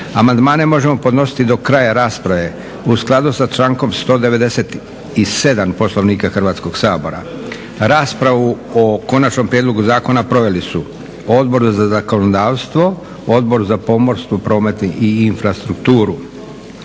Amandmane možemo podnositi do kraja rasprave, u skladu sa člankom 197. Poslovnika Hrvatskoga sabora. Raspravu o Konačnom prijedlogu zakona proveli su Odbor za zakonodavstvo, Odbor za pomorstvo, promet i infrastrukturu.